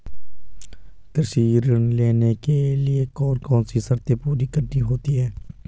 कृषि ऋण लेने के लिए कौन कौन सी शर्तें पूरी करनी होती हैं?